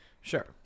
Sure